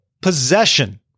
possession